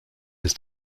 ist